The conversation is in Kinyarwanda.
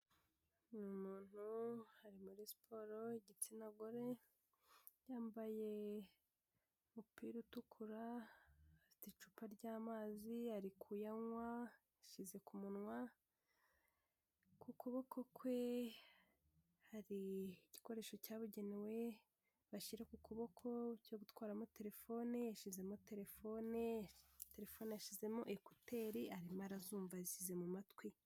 Umuntu hari muri siporo y'igitsina gore yambaye umupira utukura icupa ry'amazi ari kuyanywa asize ku munwa ku kuboko kwe hari igikoresho cyabugenewe bashyira ku kuboko cyo gutwaramo telefone yashyizemo telefone, telefone ashyizemo ekuteri arimo arazumva yashyize mu matwi.